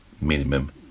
minimum